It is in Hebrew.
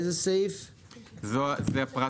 זה הפרט